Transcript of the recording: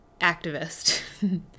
activist